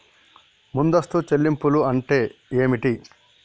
ముందస్తు చెల్లింపులు అంటే ఏమిటి?